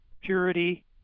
purity